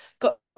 got